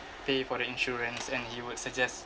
pay for the insurance and he would suggest